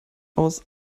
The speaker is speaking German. aus